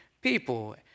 people